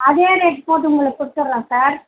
அதே ரேட் போட்டு உங்களுக்கு கொடுத்துட்றேன் சார்